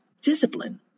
discipline